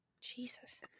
Jesus